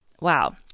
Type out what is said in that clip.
wow